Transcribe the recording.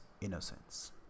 innocence